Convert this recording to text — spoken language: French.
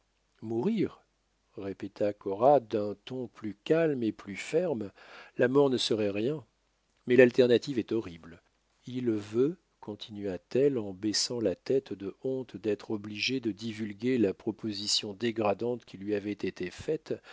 mourir répéta cora d'un ton plus calme et plus ferme la mort ne serait rien mais l'alternative est horrible il veut continua-t-elle en baissant la tête de honte d'être obligée de divulguer la proposition dégradante qui lui avait été faite